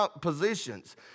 positions